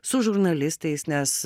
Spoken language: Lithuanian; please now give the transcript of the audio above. su žurnalistais nes